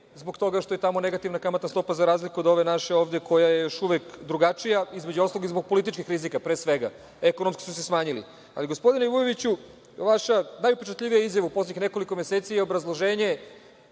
zbog toga što je tamo negativna kamatna stopa, za razliku od ove naše ovde koja je još uvek drugačija, između ostalog i zbog političkog rizika, pre svega, ekonomski su se smanjili. Ali, gospodine Vujoviću, vaša najupečatljivija izjava u poslednjih nekoliko meseci je obrazloženje